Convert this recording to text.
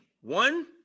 one